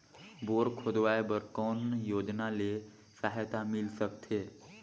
Bore खोदवाय बर कौन योजना ले सहायता मिल सकथे?